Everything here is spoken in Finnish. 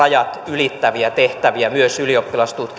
ylittäviä tehtäviä myös ylioppilastutkintoihin